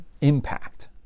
impact